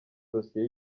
dosiye